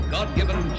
God-given